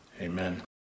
amen